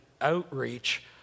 outreach